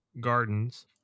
gardens